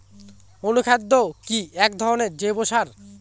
অনুখাদ্য কি এক ধরনের জৈব সার?